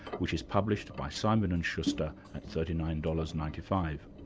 which is published by simon and schuster at thirty nine dollars. ninety five.